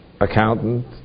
accountant